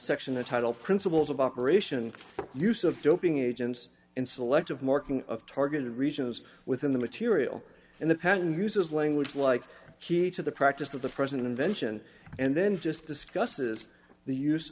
section of title principles of operation use of doping agents and selective marking of targeted reaches within the material and the patent uses language like key to the practice of the present invention and then just discusses the use